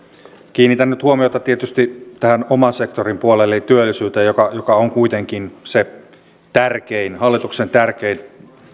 kiinnitän nyt huomiota tietysti oman sektorin puolelle eli työllisyyteen joka on kuitenkin se hallituksen tärkein